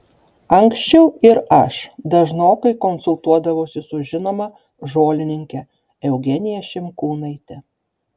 anksčiau ir aš dažnokai konsultuodavausi su žinoma žolininke eugenija šimkūnaite